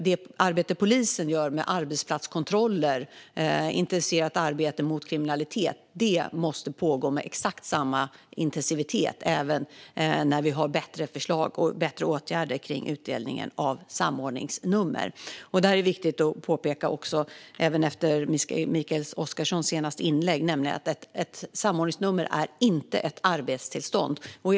Det arbete som polisen gör med arbetsplatskontroller och ett intensifierat arbete mot kriminalitet måste pågå med exakt samma intensitet även när vi har bättre åtgärder kring utdelningen av samordningsnummer. Där är det viktigt att påpeka, även efter Mikael Oscarssons senaste inlägg, att ett samordningsnummer inte är ett arbetstillstånd.